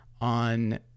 on